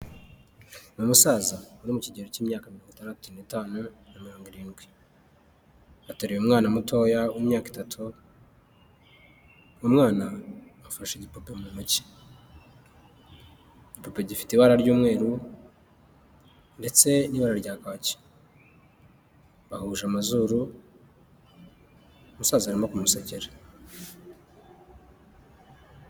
Ni umusaza uri mu kigero k'imyaka mirongo itaratu n'itanu na mirongo irindwi, ateruye umwana mutoya w'imyaka itatu, uyu mwana afashe igipope mu ntoki, igipope gifite ibara ry'umweru ndetse n'ibara rya kaki, bahuje amazuru umusaza arimo kumusekera.